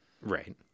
right